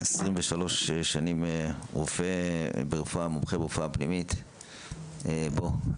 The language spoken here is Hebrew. גדי הוא רופא מומחה ברפואה פנימית זה 23 שנים ומנהל מחלקה.